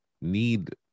need